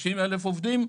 30 אלף עובדים,